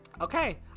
Okay